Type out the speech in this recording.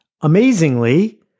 amazingly